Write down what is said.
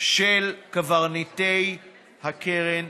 של קברניטי קרן